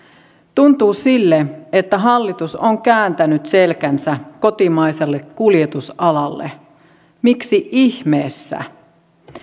tuntuu sille että hallitus on kääntänyt selkänsä kotimaiselle kuljetusalalle miksi ihmeessä